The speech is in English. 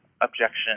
objection